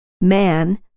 Man